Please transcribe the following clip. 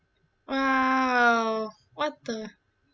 !wow! what the